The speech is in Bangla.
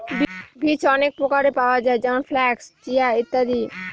বীজ অনেক প্রকারের পাওয়া যায় যেমন ফ্লাক্স, চিয়া, ইত্যাদি